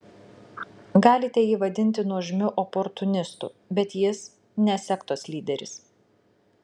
galite jį vadinti nuožmiu oportunistu bet jis ne sektos lyderis